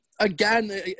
again